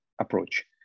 approach